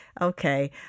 Okay